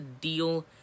deal